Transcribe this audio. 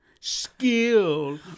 skill